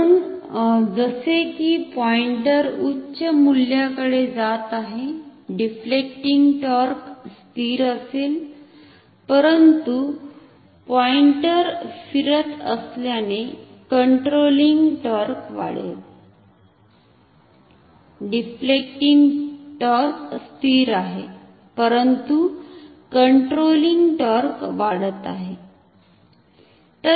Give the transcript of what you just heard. म्हणून जसे की पॉइंटर उच्च मूल्याकडे जात आहे डिफ्लेक्टींग टॉर्क स्थिर असेल परंतु पॉइंटर फिरत असल्याने कंट्रोलिंग टॉर्क वाढेल डिफ्लेक्टिंग टॉर्क स्थिर आहे परंतु कंट्रोलिंग टॉर्क वाढत आहे